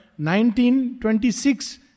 1926